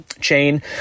chain